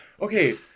Okay